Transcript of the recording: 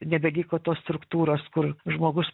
nebeliko tos struktūros kur žmogus